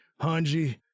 Hanji